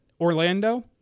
Orlando